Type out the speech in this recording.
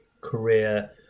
career